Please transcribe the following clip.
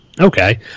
Okay